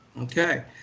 okay